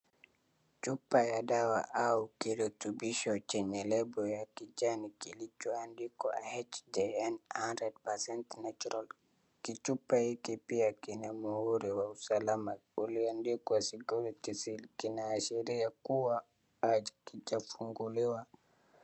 Chupa ya dawa au kirutubisho chenye label ya kijani kilichoandikwa HJN a hundrend perecent natural . Kichupa hiki pia kina mhuri wa usalama ulioandkiwa security seal kinaashiria kuwa hakijafunguliwa.